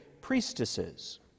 priestesses